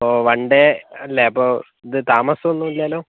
അപ്പോൾ one day അല്ലേ അപ്പോൾ ഇത് താമസം ഒന്നും ഇല്ലല്ലോ